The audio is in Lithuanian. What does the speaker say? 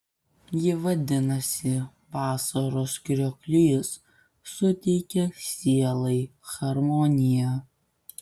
ji vadinasi vasaros krioklys suteikia sielai harmoniją